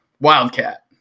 Wildcat